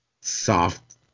Soft